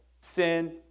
sin